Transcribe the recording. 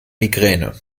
migräne